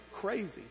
crazy